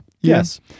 yes